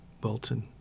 Bolton